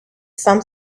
some